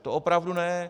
To opravdu ne.